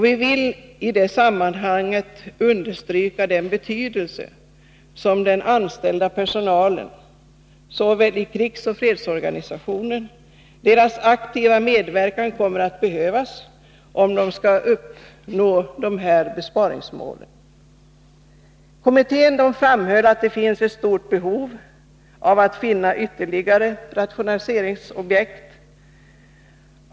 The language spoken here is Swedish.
Vi vill i detta sammanhang understryka den betydelse som den anställda personalen har i såväl krigssom fredsorganisationen. Dess aktiva medverkan kommer att behövas om de uppsatta besparingsmålen skall nås. Kommittén framhöll att det finns ett stort behov av att finna ytterligare rationaliseringsobjekt.